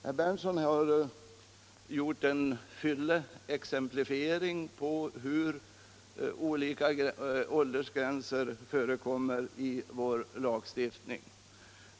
Herr Berndtson har gjort en fyllig exemplifiering av vilka olika åldersgränser som förekommer i vår lagstiftning.